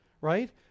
Right